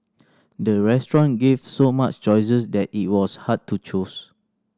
the restaurant gave so much choices that it was hard to choose